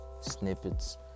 snippets